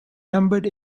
numbered